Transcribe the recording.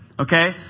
Okay